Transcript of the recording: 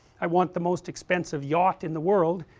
i want the most expensive yacht in the world